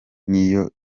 n’iyo